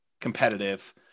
competitive